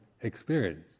experience